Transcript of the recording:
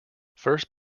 first